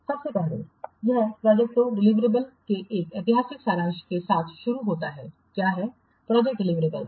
सबसे पहले यह प्रोजेक्टओं डिलिवरेबल्स के एक ऐतिहासिक सारांश के साथ शुरू होता है क्या हैं प्रोजेक्ट डिलिवरेबल्स